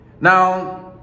Now